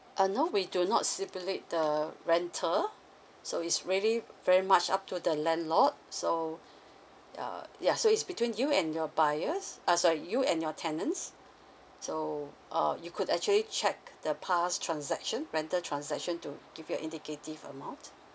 uh no we do not stipulate the rental so is really very much up to the landlord so uh ya so it's between you and your buyers uh sorry you and your tenants so uh you could actually check the past transaction rental transaction to give you a indicative amount